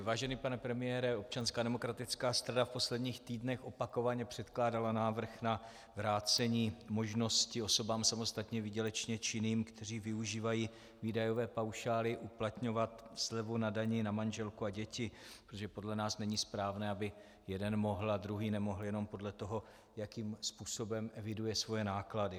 Vážený pane premiére, Občanská demokratická strana v posledních týdnech opakovaně předkládala návrh na vrácení možnosti osobám samostatně výdělečně činným, které využívají výdajové paušály, uplatňovat slevu na dani na manželku a děti, protože podle nás není správné, aby jeden mohl a druhý nemohl jenom podle toho, jakým způsobem eviduje svoje náklady.